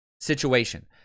situation